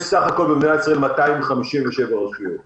יש במדינת ישראל בסך הכול 257 רשויות מקומיות.